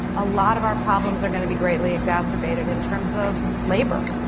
a lot of our problems are going to be greatly exacerbated in terms of labor,